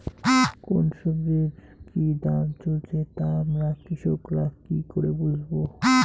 কোন সব্জির কি দাম চলছে তা আমরা কৃষক রা কি করে বুঝবো?